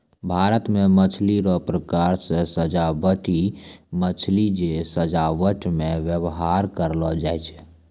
भारत मे मछली रो प्रकार मे सजाबटी मछली जे सजाबट मे व्यवहार करलो जाय छै